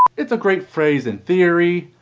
it's a great phrase in theory.